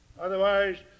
Otherwise